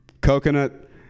Coconut